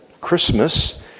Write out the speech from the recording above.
Christmas